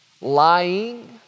lying